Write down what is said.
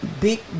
Big